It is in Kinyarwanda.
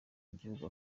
igihugu